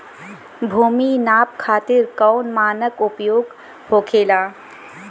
भूमि नाप खातिर कौन मानक उपयोग होखेला?